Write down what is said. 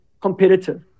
competitive